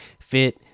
fit